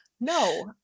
No